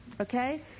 Okay